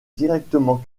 directement